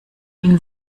ihn